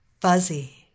fuzzy